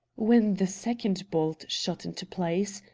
when the second bolt shot into place,